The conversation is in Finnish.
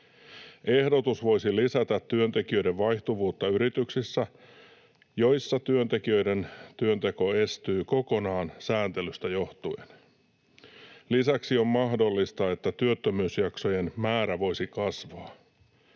Ehdotus voisi lisätä työntekijöiden vaihtuvuutta yrityksissä, joissa työntekijöiden työnteko estyy kokonaan sääntelystä johtuen. Lisäksi on mahdollista, että työttömyysjaksojen määrä voisi kasvaa.